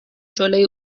جلوی